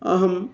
अहं